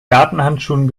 gartenhandschuhen